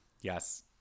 yes